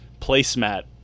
placemat